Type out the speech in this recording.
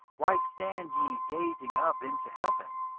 why stand ye gazing up into heaven?